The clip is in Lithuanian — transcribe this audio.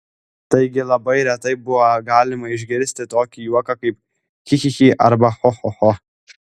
taigi labai retai buvo galima išgirsti tokį juoką kaip chi chi chi arba cho cho cho